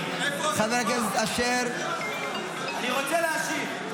אני רוצה להשיב.